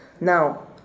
Now